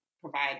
provide